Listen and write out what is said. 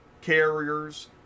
carriers